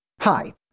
Hi